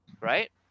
right